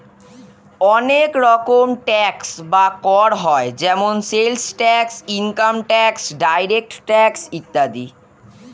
অনেক রকম ট্যাক্স বা কর হয় যেমন sales tax, income tax, direct tax ইত্যাদি